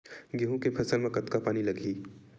गेहूं के फसल म कतका पानी लगही?